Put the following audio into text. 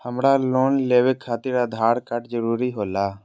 हमरा लोन लेवे खातिर आधार कार्ड जरूरी होला?